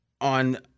on